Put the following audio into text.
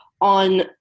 on